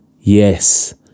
Yes